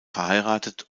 verheiratet